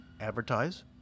advertise